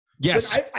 Yes